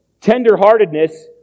tender-heartedness